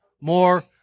more